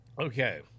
Okay